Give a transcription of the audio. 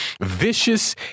vicious